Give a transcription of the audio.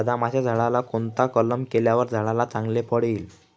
बदामाच्या झाडाला कोणता कलम केल्यावर झाडाला चांगले फळ येईल?